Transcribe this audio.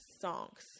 songs